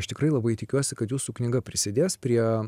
aš tikrai labai tikiuosi kad jūsų knyga prisidės prie